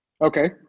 Okay